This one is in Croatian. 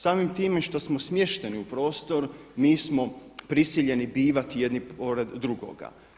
Samim time što smo smješteni u prostor, mi smo prisiljeni bivati jedni pored drugoga.